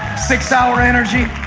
six-hour energy,